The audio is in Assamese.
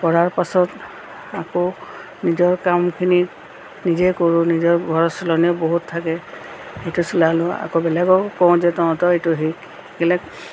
কৰাৰ পাছত আকৌ নিজৰ কামখিনি নিজেই কৰোঁ নিজৰ ঘৰৰ চিলনিও বহুত থাকে সেইটো চিলালো আকৌ বেলেগকো কওঁ যে তহঁতেও এইটো শিক শিকিলে